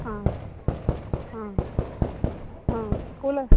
ಹಾಂ ಹಾಂ ಹಾಂ ಸ್ಕೂಲ